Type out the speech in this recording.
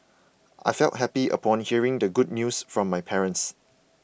I felt happy upon hearing the good news from my parents